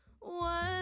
one